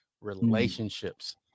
relationships